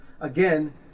Again